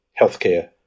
healthcare